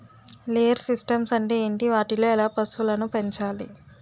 Layer systems అంటే ఏంటి? వాటిలో ఎలా పశువులను పెంచాలి?